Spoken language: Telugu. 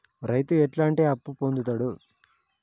రైతు ఎట్లాంటి అప్పు పొందుతడు?